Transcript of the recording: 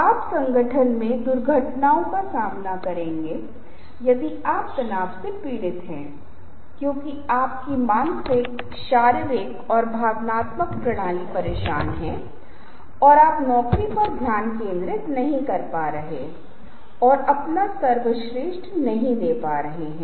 अब ये संकेत हैं घड़ियों को देखते हुए उन सभी प्रकार की चीज़ों के बारे में जिन्हें आपको बहुत जागरूक होना चाहिए और मॉनिटर करने की कोशिश करनी चाहिए क्योंकि आपका आवश्यक ध्यान अपने दर्शकों के साथ बड़ा या छोटा संवाद करना है